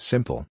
Simple